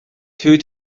two